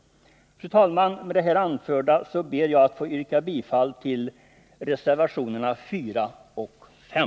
Fru talman! Med det anförda ber jag att få yrka bifall till reservationerna 4: och 5.